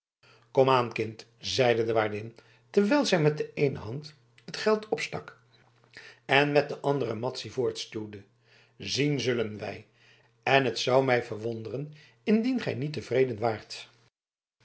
zeide de waardin terwijl zij met de eene hand het geld opstak en met de andere madzy voortstuwde zien zullen wij en het zou mij verwonderen indien gij niet tevreden waart